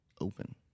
open